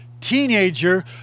teenager